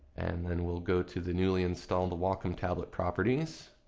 and then we'll go to the newly installed the wacom tablet properties